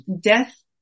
death